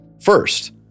First